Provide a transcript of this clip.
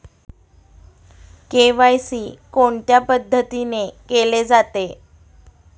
KYC कोणत्या पद्धतीने केले जाते?